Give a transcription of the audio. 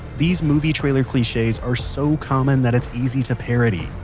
these movie trailer cliches are so common that it's easy to parody.